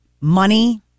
money